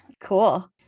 Cool